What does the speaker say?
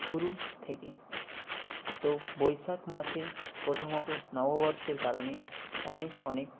শুরু থেকে তো বৈশাখ মাসে প্রথমত নববর্ষের কারণে অনেক অনেক